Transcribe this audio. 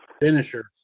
finishers